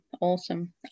Awesome